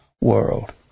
world